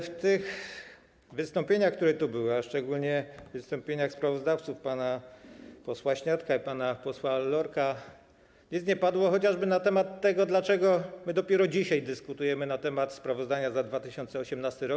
W tych wystąpieniach, które tu były, a szczególnie w wystąpieniach sprawozdawców, pana posła Śniadka i pana posła Lorka, nie padło nic chociażby o tym, dlaczego dopiero dzisiaj dyskutujemy na temat sprawozdania za 2018 r.